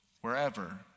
wherever